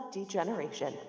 Degeneration